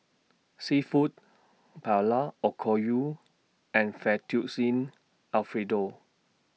Seafood Paella Okayu and Fettuccine Alfredo